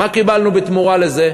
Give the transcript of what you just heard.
מה קיבלנו בתמורה לזה,